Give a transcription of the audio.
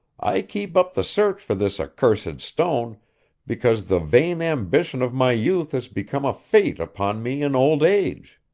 i keep up the search for this accursed stone because the vain ambition of my youth has become a fate upon me in old age.